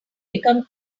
become